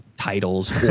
titles